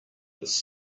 this